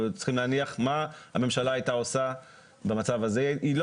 צריכים להניח מה הממשלה הייתה עושה במצב הזה שהממשלה לא